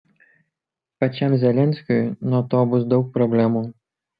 pačiam zelenskiui nuo to bus daug problemų